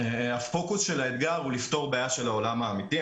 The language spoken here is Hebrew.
הפוקוס של האתגר הוא לפתור בעיה של העולם האמיתי.